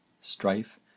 strife